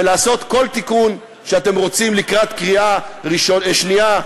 ולעשות כל תיקון שאתם רוצים לקראת הקריאה השנייה,